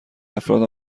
افراد